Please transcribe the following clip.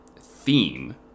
theme